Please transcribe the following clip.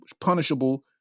punishable